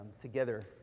together